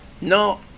No